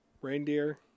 Reindeer